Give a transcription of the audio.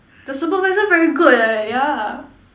the supervisor very good leh yeah